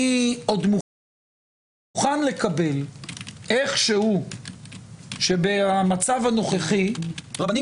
אני מוכן לקבל איכשהו שבמצב הנוכחי רבנים